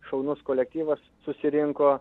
šaunus kolektyvas susirinko